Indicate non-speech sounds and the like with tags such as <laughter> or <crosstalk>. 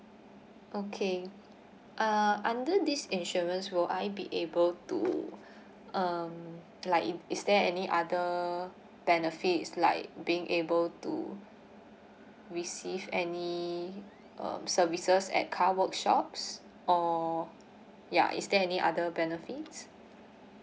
okay uh under this insurance will I be able to <breath> um like is is there any other benefits like being able to receive any um services at car workshops or ya is there any other benefits